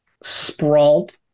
sprawled